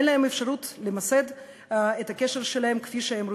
אין להם אפשרות למסד את הקשר שלהם כפי שהם רוצים.